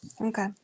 okay